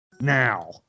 Now